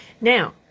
Now